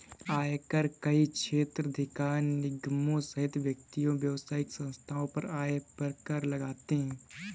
आयकर कई क्षेत्राधिकार निगमों सहित व्यक्तियों, व्यावसायिक संस्थाओं की आय पर कर लगाते हैं